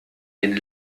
den